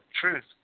truth